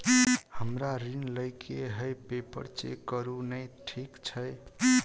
हमरा ऋण लई केँ हय पेपर चेक करू नै ठीक छई?